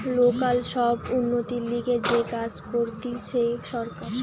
local সব উন্নতির লিগে যে কাজ করতিছে সরকার